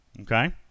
okay